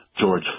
George